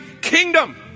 kingdom